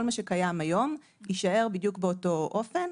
כל מה שקיים היום יישאר בדיוק באותו אופן,